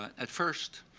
at first,